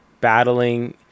battling